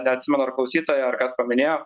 neatsimenu ar klausytoja ar kas paminėjo